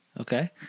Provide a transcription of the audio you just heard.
Okay